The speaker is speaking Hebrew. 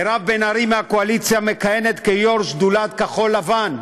מירב בן ארי מהקואליציה מכהנת כיו"ר שדולת כחול-לבן,